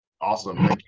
Awesome